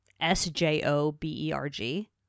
S-J-O-B-E-R-G